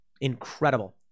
Incredible